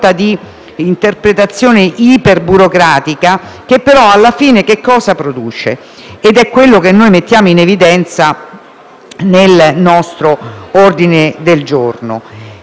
di interpretazione iperburocratica, che però, alla fine, cosa produce (ed è quello che mettiamo in evidenza nel nostro ordine del giorno)?